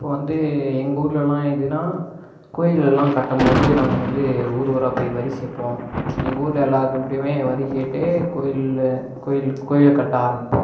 இப்போ வந்து எங்கள் ஊரிலல்லா எதுனா கோயில் எல்லாம் கட்டும்போது நாங்கல் வந்து ஊர் ஊராக போய் வரி சேர்ப்போம் எங்கள் ஊரில் எல்லார்கிட்டேயுமே வரி கேட்டு கோயிலில் கோயிலை கட்ட ஆரம்பிப்போம்